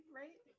right